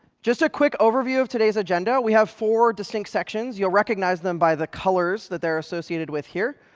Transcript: just a quick overview of today's agenda we have four distinct sections. you'll recognize them by the colors that they're associated with here.